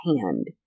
hand